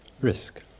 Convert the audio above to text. risk